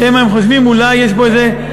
שמא הם חושבים אולי יש פה איזה,